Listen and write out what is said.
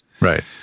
Right